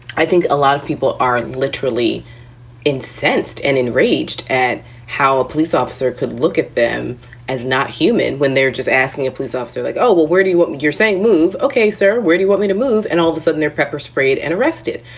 i think a lot of people are literally incensed and enraged at how a police officer could look at them as not human human when they're just asking a police officer like, oh, well, where do you what you're saying move. ok. sir, where do you want me to move? and all of a sudden they're pepper sprayed and arrested.